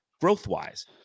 Growth-wise